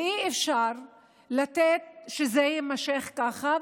ואי-אפשר לתת שזה יימשך ככה.